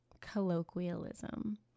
colloquialism